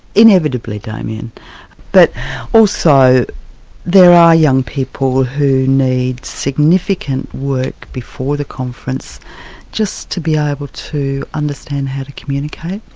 inevitably, damien. but also there are young people who need significant work before the conference just to be able to understand how to communicate.